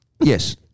Yes